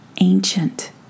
Ancient